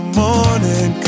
morning